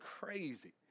crazy